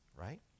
right